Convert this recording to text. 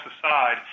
aside